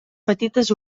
petites